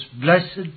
blessed